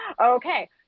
okay